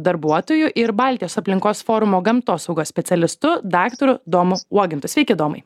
darbuotoju ir baltijos aplinkos forumo gamtosaugos specialistu daktaru domu uogintu sveiki domai